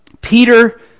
Peter